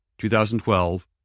2012